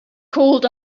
called